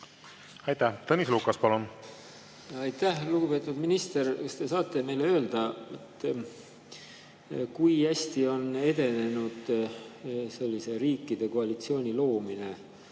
Aitäh! Tõnis Lukas, palun! Aitäh! Lugupeetud minister! Kas te saate meile öelda, kui hästi on edenenud sellise riikide koalitsiooni loomine,